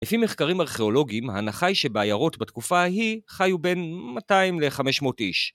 לפי מחקרים ארכיאולוגיים, ההנחה היא שבעיירות בתקופה ההיא חיו בין 200 ל-500 איש.